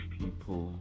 people